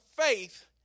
faith